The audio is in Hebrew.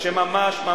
מהאופוזיציה,